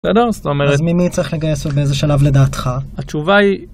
בסדר? זאת אומרת... אז מי צריך לגייס ובאיזה שלב לדעתך? התשובה היא...